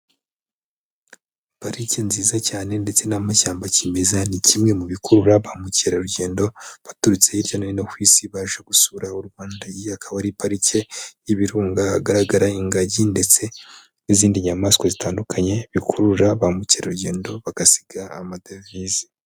Parike nziza cyane ndetse n'amashyamba kimeza, ni kimwe mu bikurura ba mukerarugendo baturutse hirya no hino ku isi baje gusura u Rwanda, iyi akaba ari parike y'ibirunga hagaragara ingagi, ndetse n'izindi nyamaswa zitandukanye bikurura ba mukerarugendo bagasiga amadevize.